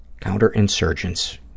Counterinsurgents